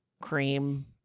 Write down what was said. cream